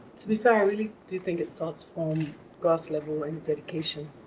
to be fair, i really do think it starts from grass level and it's education.